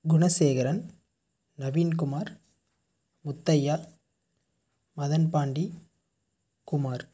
Gunasekaran Naveenkumar Muthaiah Madhanpandi Kumar